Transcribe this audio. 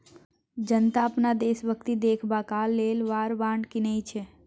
जनता अपन देशभक्ति देखेबाक लेल वॉर बॉड कीनय छै